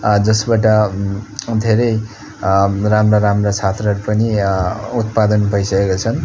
जसबाट धेरै राम्रा राम्रा छात्रहरू पनि उत्पादन भइसकेका छन्